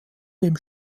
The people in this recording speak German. dem